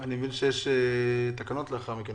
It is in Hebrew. אני מבין שיש תקנות לאחר מכן.